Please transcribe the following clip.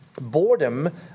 Boredom